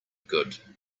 good